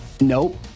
Nope